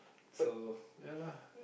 so ya lah